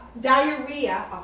diarrhea